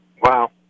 Wow